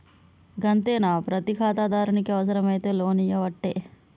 గంతేనా, ప్రతి ఖాతాదారునికి అవుసరమైతే లోన్లియ్యవట్టే